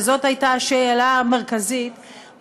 וזאת הייתה השאלה המרכזית,